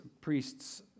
priests